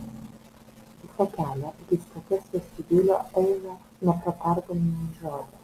visą kelią iki stoties vestibiulio ėjome nepratardami nė žodžio